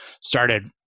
started